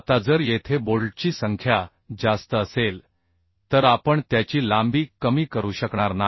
आता जर येथे बोल्टची संख्या जास्त असेल तर आपण त्याची लांबी कमी करू शकणार नाही